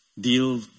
deal